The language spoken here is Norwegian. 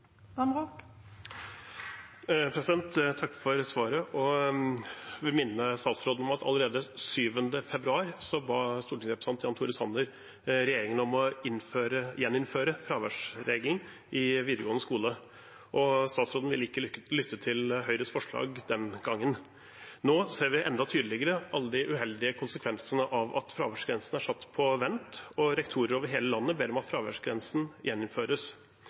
for svaret. Jeg vil minne statsråden om at allerede 7. februar ba stortingsrepresentant Jan Tore Sanner regjeringen om å gjeninnføre fraværsregelen i den videregående skolen. Statsråden ville ikke lytte til Høyres forslag den gangen. Nå ser vi enda tydeligere alle de uheldige konsekvensene av at fraværsgrensen er satt på vent, og rektorer over hele landet ber om at fraværsgrensen gjeninnføres.